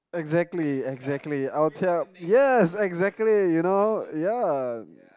exactly exactly I will tell yes exactly you know ya